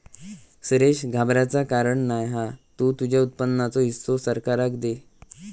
सुरेश घाबराचा कारण नाय हा तु तुझ्या उत्पन्नाचो हिस्सो सरकाराक दे